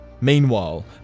Meanwhile